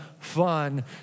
fun